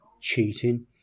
cheating